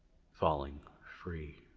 falling free.